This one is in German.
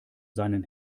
seinen